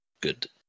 Good